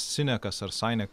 sinekas ar sainek